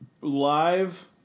live